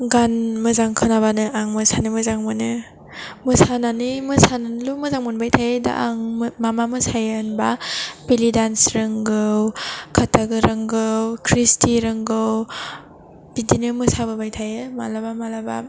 गान मोजां खोनाबानो आं मोसानो मोजां मोनो मोसानानै मोसानानैल' मोजां मोनबाय थायो दा आं मा मा मोसायो होनबा बेलि दानस रोंजौ काटाग रोंगौ क्रिस्थि रोंगौ बिदिनो मोसाबोबाय थायो मालाबा मालाबा